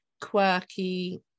quirky